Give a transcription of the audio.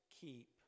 keep